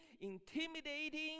intimidating